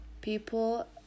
people